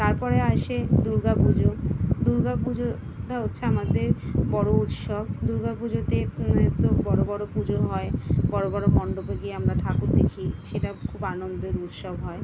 তারপরে আসে দুর্গা পুজো দুর্গা পুজোটা হচ্ছে আমাদের বড়ো উৎসব দুর্গা পুজোতে এতো বড়ো বড়ো পুজো হয় বড়ো বড়ো মণ্ডপে গিয়ে আমরা ঠাকুর দেখি সেটা খুব আনন্দের উৎসব হয়